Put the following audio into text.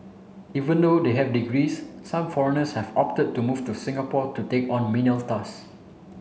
even though they have degrees some foreigners have opted to move to Singapore to take on menial task